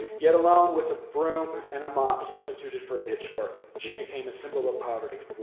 yet along with a broom and a mop substituted for a pitchfork, she became a symbol of poverty,